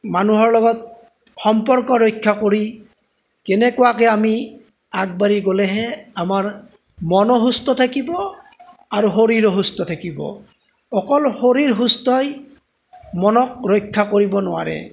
মানুহৰ লগত সম্পৰ্ক ৰক্ষা কৰি কেনেকুৱাকৈ আমি আগবাঢ়ি গ'লেহে আমাৰ মনো সুস্থ থাকিব আৰু শৰীৰো সুস্থ থাকিব অকল শৰীৰ সুস্থই মনক ৰক্ষা কৰিব নোৱাৰে